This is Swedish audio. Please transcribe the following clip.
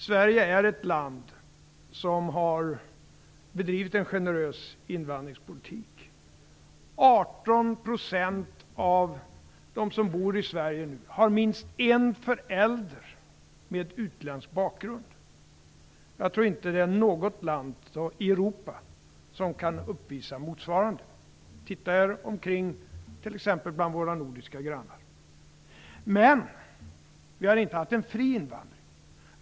Sverige är ett land som har bedrivit en generös invandringspolitik. 18 % av dem som nu bor i Sverige har minst en förälder med utländsk bakgrund. Jag tror inte att det finns något land i Europa som kan uppvisa motsvarande siffror. Titta er omkring t.ex. bland våra nordiska grannar! Men vi har inte haft en fri invandring.